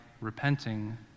repenting